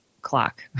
clock